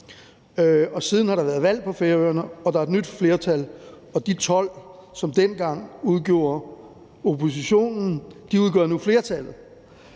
12. Siden har der været valg på Færøerne, og der er et nyt flertal, og de 12, som dengang udgjorde oppositionen, udgør nu flertallet.